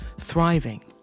thriving